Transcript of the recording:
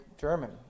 German